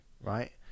right